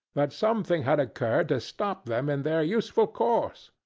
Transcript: that something had occurred to stop them in their useful course,